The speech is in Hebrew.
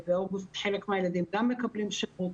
חלק מהילדים מקבלים שירות,